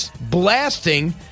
blasting